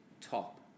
top